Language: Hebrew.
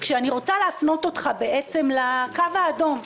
כשאני רוצה להפנות אותך בעצם לקו האדום,